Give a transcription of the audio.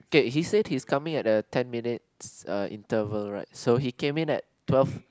kay he said he's coming at uh ten minutes uh interval right so he came in at twelve